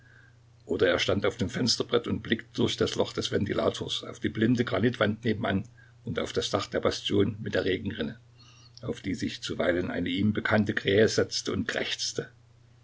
oder er stand auf dem fensterbrett und blickte durch das loch des ventilators auf die blinde granitwand nebenan und auf das dach der bastion mit der regenrinne auf die sich zuweilen eine ihm bekannte krähe setzte und krächzte